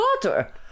daughter